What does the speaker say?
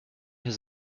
his